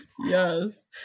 yes